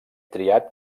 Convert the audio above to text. triat